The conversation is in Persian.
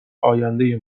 آینده